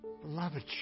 beloved